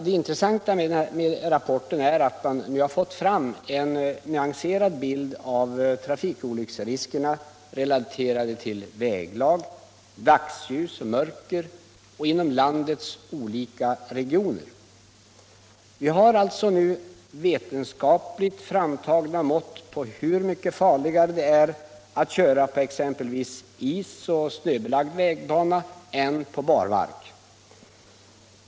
Det intressanta med rapporten är att man fått en nyanserad bild av trafikolycksriskerna relaterade till väglag, dagsljus och mörker inom landets olika regioner. Vi har alltså nu vetenskapligt framtagna mått på hur mycket farligare det är att köra på exempelvis isoch snöbelagd vägbana än på barmark.